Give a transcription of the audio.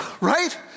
right